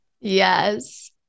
yes